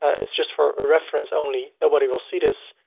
it's just for a reference only. nobody will see this.